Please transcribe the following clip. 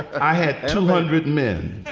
i had two hundred men.